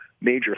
major